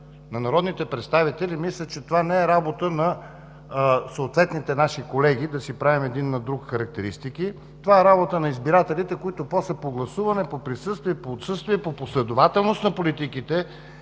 на народните представители, мисля, че това не е работа на съответните наши колеги – да си правим един на друг характеристики. Това е работа на избирателите, които после по гласуването, по присъствието, по отсъствието, по последователност на политиките,